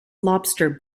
lobster